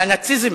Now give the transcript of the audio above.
והנאציזם